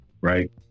right